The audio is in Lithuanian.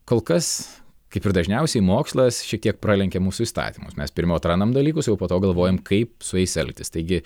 kol kas kaip ir dažniausiai mokslas šiek tiek pralenkia mūsų įstatymus mes pirmiau atrandam dalykus jau po to galvojam kaip su jais elgtis taigi